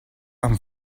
amb